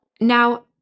Now